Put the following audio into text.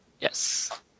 yes